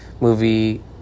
movie